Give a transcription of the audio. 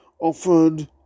offered